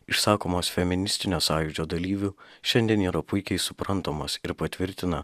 išsakomos feministinio sąjūdžio dalyvių šiandien yra puikiai suprantamos ir patvirtina